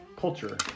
culture